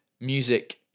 music